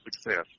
success